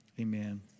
amen